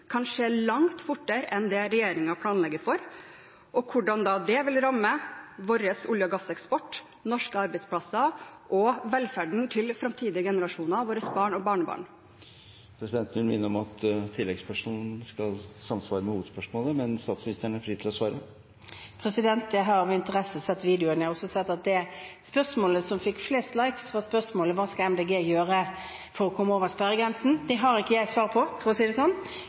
kan skje langt fortere enn det regjeringen planlegger for, og hvordan det vil ramme vår olje- og gasseksport, norske arbeidsplasser og velferden til framtidige generasjoner – våre barn og barnebarn. Presidenten vil minne om at oppfølgingsspørsmål skal samsvare med hovedspørsmålet, men statsministeren er fri til å svare. Jeg har med interesse sett videoen, og jeg har også sett at det spørsmålet som fikk flest likes, var spørsmålet om hva MDG skal gjøre for å komme over sperregrensen. Det har ikke jeg svar på, for å si det sånn,